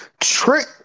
trick